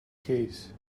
case